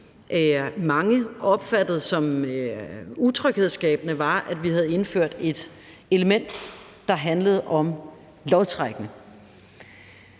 mange opfattede som utryghedsskabende, var, at vi havde indført et element, der handlede om lodtrækning.